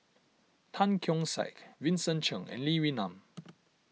Tan Keong Saik Vincent Cheng and Lee Wee Nam